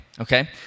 Okay